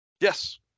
Yes